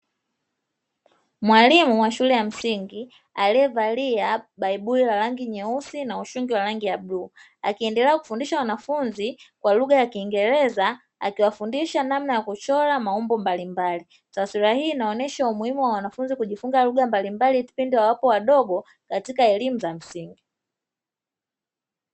Mwalimu wa shule ya msingi aliyevalia baibui la rangi nyeusi na ushungi wa rangi ya bluu, akiendelea kufundisha wanafunzi kwa lugha ya kiingereza, akiwafundisha namna ya kuchora maumbo mbalimbali. Taswira hii inaonyesha umuhimu wa wanafunzi kujifunza lugha mbalimbali kipindi wapo wadogo katika elimu za msingi